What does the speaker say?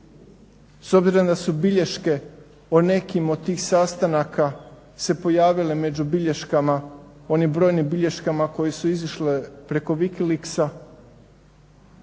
s obzirom da su bilješke o nekim od tih sastanaka se pojavile među bilješkama, onim brojnim bilješkama koje su izišle preko Wikileaksa.